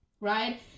Right